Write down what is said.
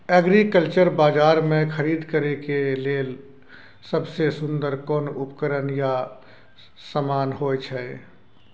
Agriculture बाजार में खरीद करे के लेल सबसे सुन्दर कोन उपकरण या समान होय छै?